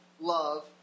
love